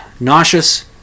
Nauseous